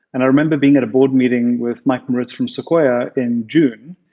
and i remember being at a board meeting with michael moritz from sequoia in june,